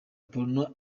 porno